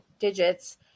digits